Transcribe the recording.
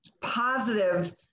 positive